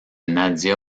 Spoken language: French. nadia